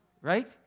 right